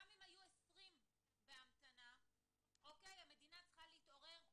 גם אם היו 20 בהמתנה המדינה צריכה להתעורר פה.